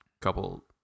couple